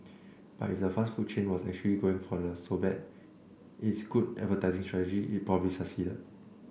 but if the fast food chain was actually going for the so bad it's good advertising strategy it probably succeeded